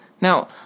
Now